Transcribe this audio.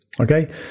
Okay